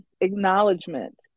acknowledgement